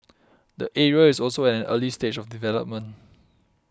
the area is also at an early stage of development